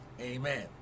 Amen